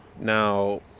Now